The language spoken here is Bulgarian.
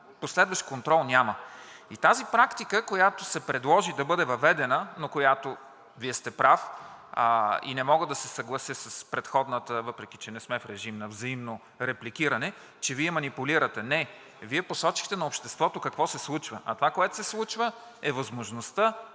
последващ контрол няма. И тази практика, която се предложи да бъде въведена, Вие сте прав и не мога да се съглася с предходната – въпреки че не сме в режим на взаимно репликиране, че Вие манипулирате. Не. Вие посочихте на обществото какво се случва, а това, което се случва, е възможността